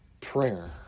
prayer